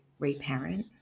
reparent